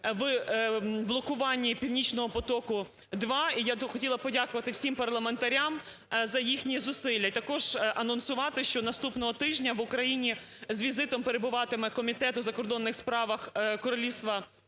в блокуванні "Північного потоку-2". І тут хотіла подякувати всім парламентарям за їхні зусилля. І також анонсувати, що наступного тижня в Україні з візитом перебуватиме Комітет у закордонних справах Королівства Данії